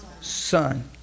son